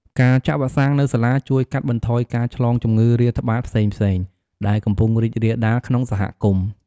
ការចាក់វ៉ាក់សាំងនៅសាលាជួយកាត់បន្ថយការឆ្លងជំងឺរាតត្បាតផ្សេងៗ ដែលកំពុងរីករាលដាលក្នុងសហគមន៍។